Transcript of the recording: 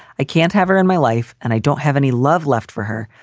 i can't have her in my life, and i don't have any love left for her.